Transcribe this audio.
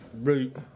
Root